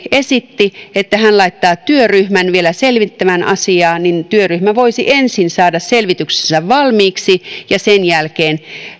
esitti että hän laittaa vielä työryhmän selvittämään asiaa työryhmä voisi ensin saada selvityksensä valmiiksi ja sen jälkeen